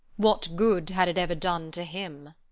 what good had it ever done to him?